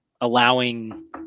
allowing